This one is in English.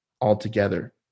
altogether